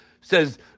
says